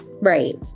right